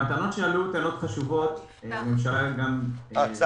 הטענות שעלו הן טענות חשובות, הממשלה רואה